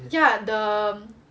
ya the